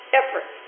effort